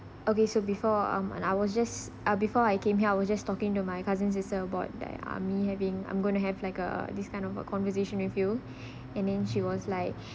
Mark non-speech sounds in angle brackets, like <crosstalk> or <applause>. okay so before um uh I was just ah before I came here I was just talking to my cousin's sister about that ah me having I'm going to have like uh this kind of a conversation with you <breath> and then she was like